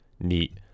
Neat